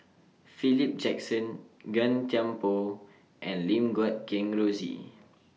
Philip Jackson Gan Thiam Poh and Lim Guat Kheng Rosie